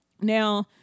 Now